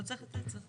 לא צריך את זה?